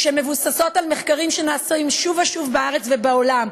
לפי מחקרים שנעשים שוב ושוב בארץ ובעולם,